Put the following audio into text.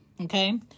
Okay